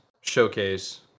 Showcase